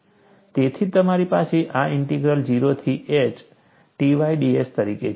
તેથી તમારી પાસે આ ઇન્ટિગ્રલ 0 થી h Ty ds તરીકે છે